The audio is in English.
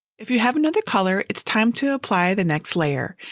if you have another color it's time to apply the next layer,